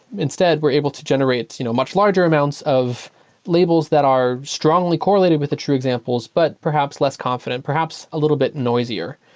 instead, we're able to generate you know much larger amounts of labels that are strongly correlated with the true examples, but perhaps less confident. perhaps a little bit noisier,